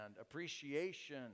appreciation